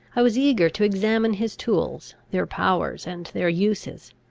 i was eager to examine his tools, their powers and their uses.